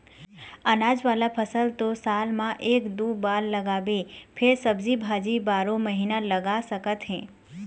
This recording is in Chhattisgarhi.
अनाज वाला फसल तो साल म एके दू बार लगाबे फेर सब्जी भाजी बारो महिना लगा सकत हे